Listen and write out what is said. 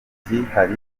impinduka